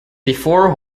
before